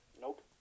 Nope